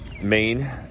main